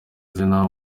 zina